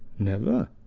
never.